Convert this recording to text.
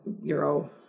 Euro